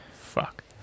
Fuck